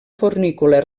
fornícula